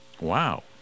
Wow